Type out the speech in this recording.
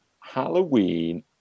Halloween